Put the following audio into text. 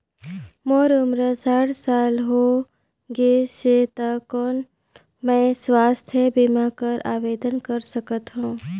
मोर उम्र साठ साल हो गे से त कौन मैं स्वास्थ बीमा बर आवेदन कर सकथव?